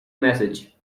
message